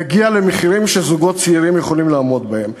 זה יגיע למחירים שזוגות צעירים יכולים לעמוד בהם.